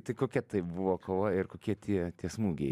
tai kokia tai buvo kova ir kokie tie tie smūgiai